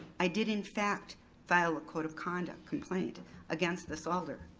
i did in fact file a code of conduct complaint against this alder.